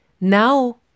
now